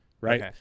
right